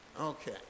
Okay